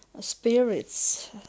spirits